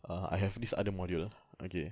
err I have this other module okay